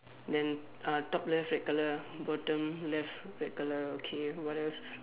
then uh top left red colour bottom left red colour okay what else